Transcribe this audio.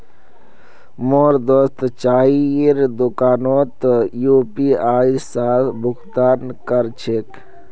मोर दोस्त चाइर दुकानोत यू.पी.आई स भुक्तान कर छेक